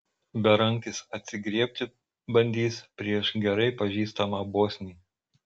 berankis atsigriebti bandys prieš gerai pažįstamą bosnį